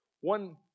one